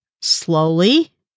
slowly